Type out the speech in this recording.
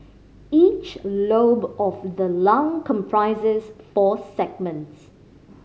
each lobe of the lung comprises four segments